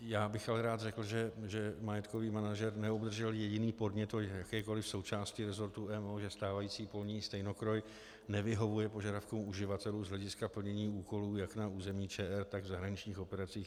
Já bych ale rád řekl, že majetkový manažer neobdržel jediný podnět od jakékoliv součásti resortu MO, že stávající polní stejnokroj nevyhovuje požadavkům uživatelů z hlediska plnění úkolů jak na území ČR, tak v zahraničních operacích.